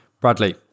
Bradley